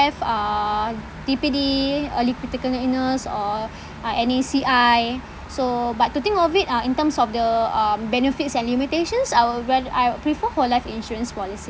life err T_P_D uh early critical illness or ah any C_I so but to think of it uh in terms of the um benefits and limitations I would ra~ I would prefer whole life insurance policies